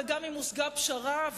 וגם אם הושגה פשרה,